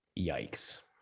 Yikes